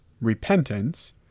repentance